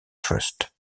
trust